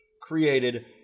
created